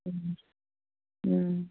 ꯎꯝ ꯎꯝ